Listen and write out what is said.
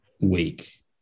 week